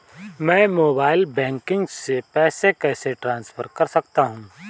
मैं mobile banking से पैसे कैसे ट्रांसफर कर सकता हूं?